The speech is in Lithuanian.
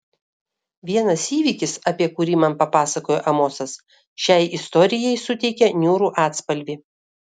vienas įvykis apie kurį man papasakojo amosas šiai istorijai suteikia niūrų atspalvį